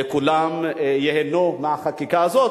כולם ייהנו מהחקיקה הזאת,